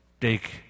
take